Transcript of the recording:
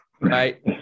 right